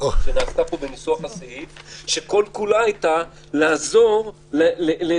שנעשתה פה בניסוח הסעיף שכל כולו היה לעזור לאזרחים,